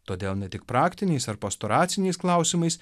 todėl ne tik praktiniais ar pastoraciniais klausimais